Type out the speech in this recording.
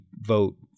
vote